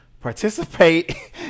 participate